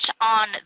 on